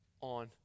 On